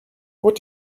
what